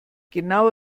genau